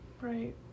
Right